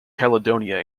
caledonia